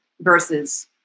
versus